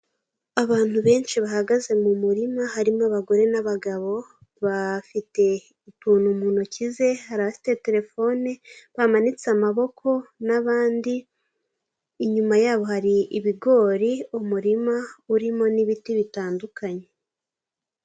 Abantu benshi bahagaze mu murima harimo abagore n'abagabo bafite utuntu mu ntoki ze, hari abafite telefone bamanitse amaboko n'abandi, inyuma yabo hari ibigori, umurima urimo n'ibiti bitandukanye.